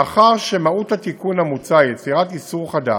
מאחר שמהות התיקון המוצע היא יצירת איסור חדש,